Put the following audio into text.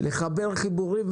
לחבר חיבורים.